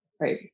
right